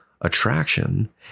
attraction